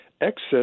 excess